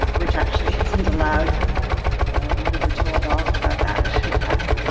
which actually isn't allowed and we were told off about that in fact.